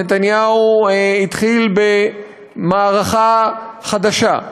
נתניהו התחיל במערכה חדשה.